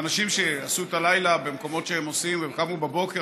אנשים שעשו את הלילה במקומות שהם עושים וקמו בבוקר,